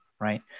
right